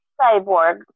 cyborg